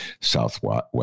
southwest